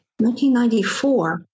1994